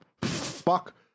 Fuck